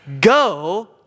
go